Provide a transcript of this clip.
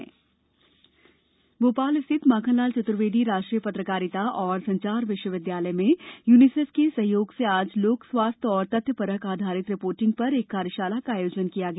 कार्यशाला भोपाल स्थित माखनलाल चतुर्वेदी राष्ट्रीय पत्रकारिता एवं संचार विश्वविद्यालय में यूनिसेफ के सहयोग से आज लोक स्वास्थ्य एंव तथ्य परख आधारित रिपोर्टिंग पर एक कार्यशाला का आयोजन किया गया